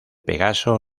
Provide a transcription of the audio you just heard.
pegaso